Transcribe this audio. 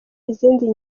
izindi